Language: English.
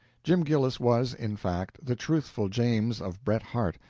jim gillis was, in fact, the truthful james of bret harte,